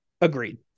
Agreed